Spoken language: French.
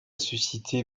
suscité